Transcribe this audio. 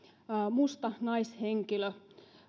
musta naishenkilö